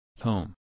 Home